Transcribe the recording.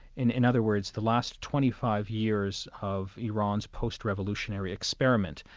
in in other words, the last twenty five years of iran's post-revolutionary experiment,